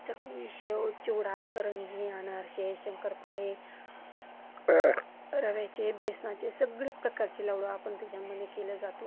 चकली शेव चिवडा करंजी अनारसे शंकरपाळे रव्याचे बेसनाचे सगळे प्रकारची लाडू आपण त्याच्यामध्ये केला जातो